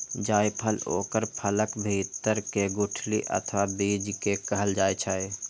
जायफल ओकर फलक भीतर के गुठली अथवा बीज कें कहल जाइ छै